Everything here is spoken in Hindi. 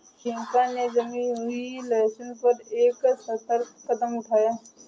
बियांका ने जमी हुई लहरों पर एक सतर्क कदम उठाया